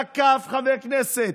תקף חבר כנסת,